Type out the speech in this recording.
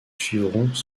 suivrons